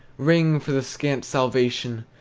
ring, for the scant salvation!